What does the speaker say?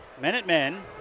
Minutemen